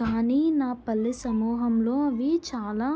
కానీ నా పల్లె సమూహంలో అవి చాలా